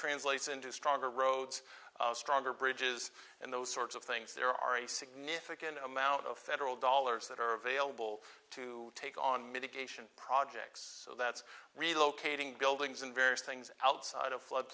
translates into stronger roads stronger bridges and those sorts of things there are a significant amount of federal dollars that are available to take on mitigation projects so that relocating buildings and various things outside of flood